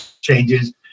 changes